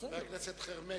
חבר הכנסת חרמש